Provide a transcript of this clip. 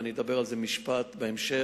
ואני אגיד על זה משפט בהמשך,